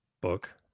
book